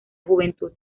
juventud